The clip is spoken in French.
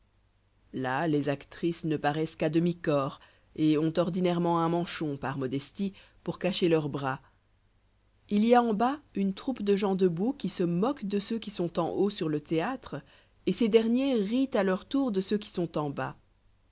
là les actrices ne paroissent qu'à demi corps et ont ordinairement un manchon par modestie pour cacher leurs bras il y a en bas une troupe de gens debout qui se moquent de ceux qui sont en haut sur le théâtre et ces derniers rient à leur tour de ceux qui sont en bas